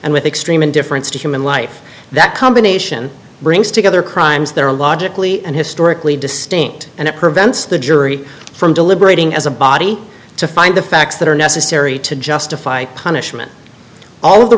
and with extreme indifference to human life that combination brings together crimes that are logically and historically distinct and it prevents the jury from deliberating as a body to find the facts that are necessary to justify punishment all of the